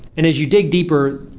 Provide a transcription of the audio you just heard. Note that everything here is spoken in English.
and as you dig deeper,